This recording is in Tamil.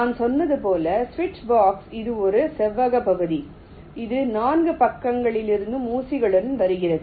நான் சொன்னது போல சுவிட்ச் பாக்ஸ் இது ஒரு செவ்வக பகுதி இது 4 பக்கங்களிலிருந்தும் ஊசிகளுடன் வருகிறது